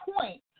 point